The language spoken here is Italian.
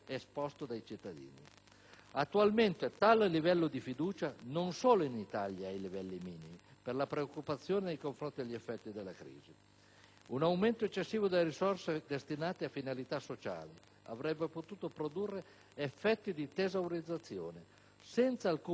Attualmente, tale livello di fiducia, non solo in Italia, è a livelli minimi, per la preoccupazione nei confronti degli effetti della crisi. Un aumento eccessivo delle risorse destinate a finalità sociali avrebbe potuto produrre effetti di tesaurizzazione, senza alcun beneficio per i consumi.